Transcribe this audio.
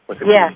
Yes